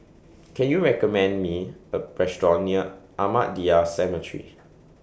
Can YOU recommend Me A Restaurant near Ahmadiyya Cemetery